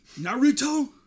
Naruto